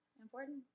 important